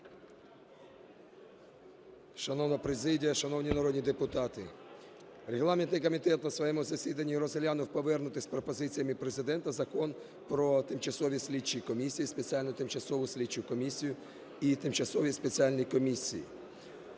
Шановна президія, шановні народні депутати, регламентний комітет на своєму засіданні розглянув повернутий з пропозиціями Президента Закон про тимчасові слідчі комісії, спеціальні тимчасові